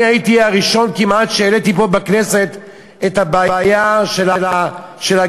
אני הייתי הראשון כמעט שהעלה פה בכנסת את הבעיה של הגדר,